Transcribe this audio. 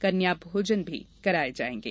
कन्या भोजन भी कराये जायेंगे